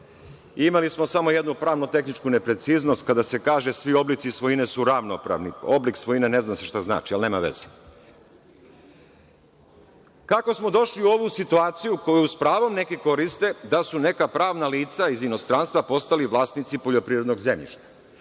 imali smo samo jednu pravno – tehničku nepreciznost kada se kaže svi oblici svojine su ravnopravni, oblik svojine ne zna se šta znači, ali nema veze. Kako smo došli u ovu situaciju, koju s pravom neki koriste da su neka pravna lica iz inostranstva postali vlasnici poljoprivrednog zemljišta?